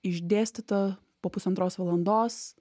išdėstyta po pusantros valandos